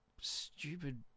stupid